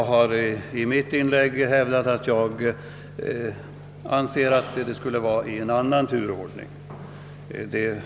I mitt inlägg har jag hävdat att jag anser att det borde vara en annan turordning.